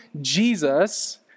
Jesus